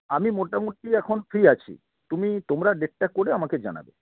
আমি মোটামুটি এখন ফ্রি আছি তুমি তোমরা ডেটটা করে আমাকে জানাবে